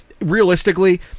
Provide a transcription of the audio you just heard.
realistically